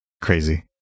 crazy